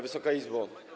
Wysoka Izbo!